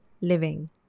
living